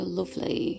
lovely